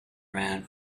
ran